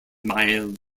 mild